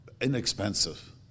inexpensive